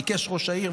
ביקש ראש העיר,